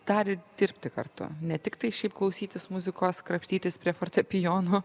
dar ir dirbti kartu ne tiktai šiaip klausytis muzikos krapštytis prie fortepijono